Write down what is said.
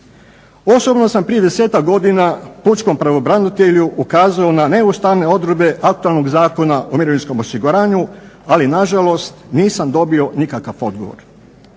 Osobno sam prije 10-ak godina pučkom pravobranitelju ukazao na neustavne odredbe aktualnog Zakona o mirovinskom osiguranju, ali nažalost nisam dobio nikakav odgovor.